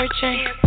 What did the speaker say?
searching